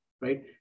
right